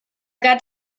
gat